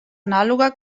anàloga